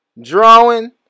drawing